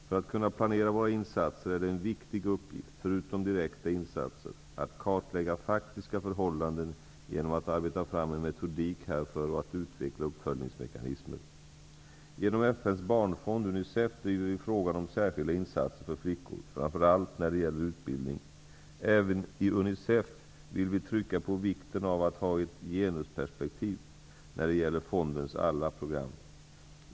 För att kunna planera våra insatser är det en viktig uppgift -- förutom att göra direkta insatser -- att kartlägga faktiska förhållanden genom att arbeta fram en metodik härför och att utveckla uppföljningsmekanismer. Genom FN:s barnfond UNICEF driver vi frågan om särskilda insatser för flickor, framför allt när det gäller utbildning. Även i UNICEF vill vi trycka på vikten av att ha ett ''genusperspektiv'' när det gäller fondens alla program.